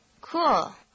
Cool